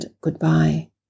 goodbye